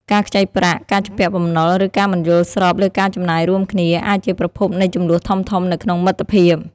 ការខ្ចីប្រាក់ ការជំពាក់បំណុល ឬការមិនយល់ស្របលើការចំណាយរួមគ្នា អាចជាប្រភពនៃជម្លោះធំៗនៅក្នុងមិត្តភាព ។